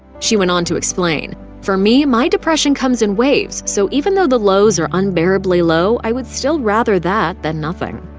she went on to explain for me, my depression comes in waves, so even though the lows are unbearably low, i would still rather that than nothing.